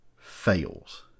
fails